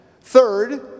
Third